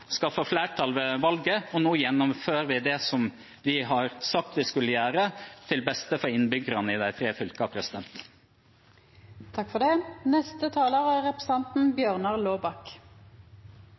flertall ved valget, og nå gjennomfører vi det som vi har sagt at vi skulle gjøre – til beste for innbyggerne i de tre fylkene. Det er en spennende debatt og en spennende tid vi er